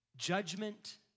Judgment